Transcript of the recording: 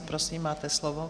Prosím, máte slovo.